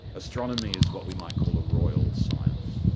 astronomy is what we might call a royal science.